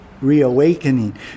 reawakening